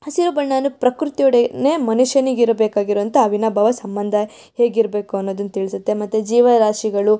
ಹಸಿರು ಬಣ್ಣವನ್ನು ಪ್ರಕೃತಿಯೊಡೆನೆ ಮನುಷ್ಯನಿಗೆ ಇರಬೇಕಾಗಿರುವಂಥ ಅವಿನಾಭಾವ ಸಂಬಂಧ ಹೇಗಿರಬೇಕು ಅನ್ನೋದನ್ನು ತಿಳಿಸುತ್ತೆ ಮತ್ತು ಜೀವರಾಶಿಗಳು